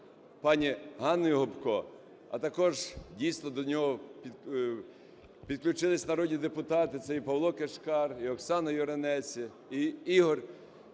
пані Ганною Гопко, а також дійсно до нього підключилися народні депутати – це і Павло Кишкар, і Оксана Юринець, і Ігор